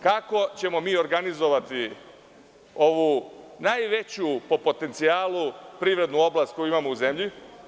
Kako ćemo mi organizovati ovu najveću, po potencijalu, privrednu oblast koju imamo u zemlji?